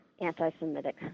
Anti-Semitic